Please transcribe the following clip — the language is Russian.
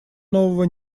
нового